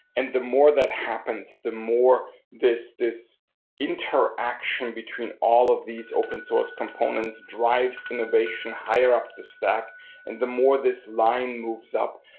and the more that happens, the more this this interaction between all of these open source components drives innovation higher up the stack and the more this line moves up,